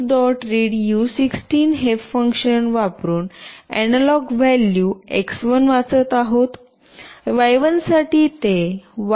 read u16 हे function वापरुन analogue value x1 वाचत आहोत y1 साठी ते y